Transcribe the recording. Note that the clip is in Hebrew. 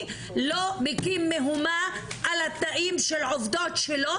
לא מקים מהומה על התנאים של עובדות שלו,